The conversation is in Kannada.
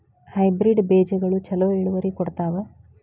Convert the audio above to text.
ಹೈಬ್ರಿಡ್ ಬೇಜಗೊಳು ಛಲೋ ಇಳುವರಿ ಕೊಡ್ತಾವ?